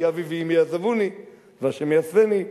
"כי אבי ואמי עזבוני וה' יאספני",